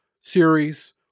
series